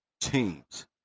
teams